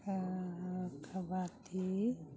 ꯀꯕꯥꯇꯤ